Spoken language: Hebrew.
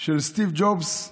של סטיב ג'ובס,